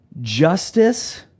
justice